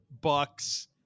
Bucks